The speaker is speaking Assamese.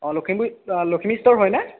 অঁ লখিমপুৰ লখিমী ষ্ট'ৰ হয়নে